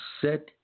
Set